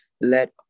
Let